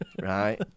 right